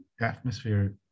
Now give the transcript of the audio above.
atmosphere